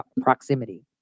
proximity